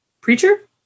Preacher